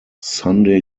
sunday